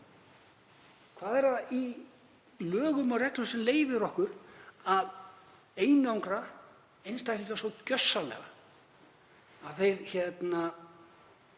Hvað er það í lögum og reglum sem leyfir okkur að einangra einstaklinga svo gjörsamlega